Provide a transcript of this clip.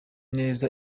neza